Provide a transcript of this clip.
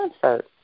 concert